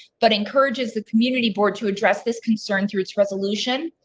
but encourages the community board to address this concern through it's resolution.